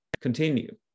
continue